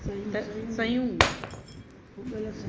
त सयूं भुॻल सयूं